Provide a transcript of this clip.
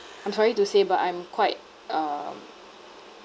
I'm sorry to say but I'm quite um